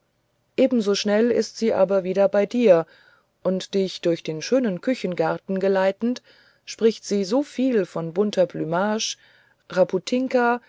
ebenso schnell ist sie aber wieder bei dir und dich durch den schönen küchengarten geleitend spricht sie so viel von bunter